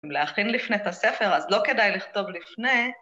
אם להכין לפני את הספר, אז לא כדאי לכתוב לפני.